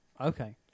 Okay